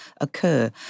occur